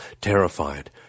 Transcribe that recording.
terrified